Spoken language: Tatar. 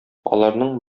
аларның